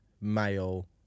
male